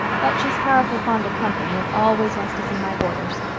but she's powerful fond of company and always wants to see my boarders.